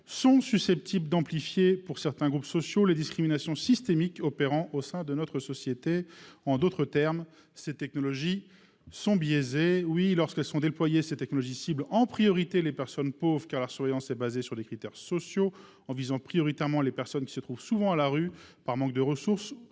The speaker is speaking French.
sont susceptibles d'amplifier, pour certains groupes sociaux, les discriminations systémiques opérant au sein de la société. En d'autres termes, ces technologies sont biaisées. Lorsqu'elles sont déployées, elles ciblent en priorité les personnes pauvres, car la surveillance est basée sur des critères sociaux, en visant prioritairement les personnes se trouvant souvent dans la rue par manque de ressources.